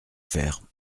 faire